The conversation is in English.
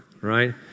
right